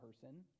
person